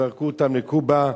זרקו אותם לקובה,